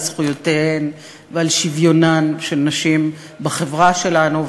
זכויותיהן ועל שוויונן של נשים בחברה שלנו.